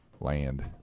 land